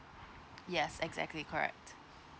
yes exactly correct